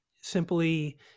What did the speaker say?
simply